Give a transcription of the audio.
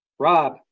Rob